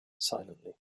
silently